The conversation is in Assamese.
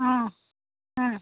অঁ